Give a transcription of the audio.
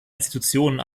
institutionen